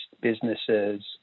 businesses